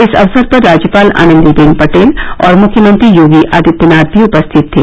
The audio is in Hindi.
इस अवसर पर राज्यपाल आनंदीबेन पटेल और मुख्यमंत्री योगी आदित्यनाथ भी उपस्थित थे